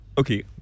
Okay